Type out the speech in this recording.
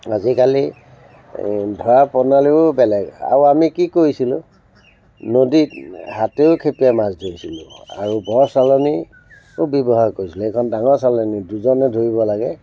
আজিকালি এই ধৰা প্ৰণালীও বেলেগ আৰু আমি কি কৰিছিলোঁ নদীত হাতেও খেপিয়াই মাছ ধৰিছিলোঁ আৰু বৰ চালনী খুব ব্যৱহাৰ কৰিছিলোঁ সেইখন ডাঙৰ চালনী দুজনে ধৰিব লাগে